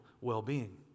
well-being